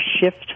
shift